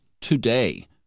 today